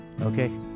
Okay